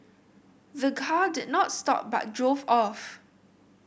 the car did not stop but drove off